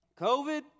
COVID